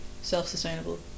self-sustainable